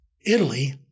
Italy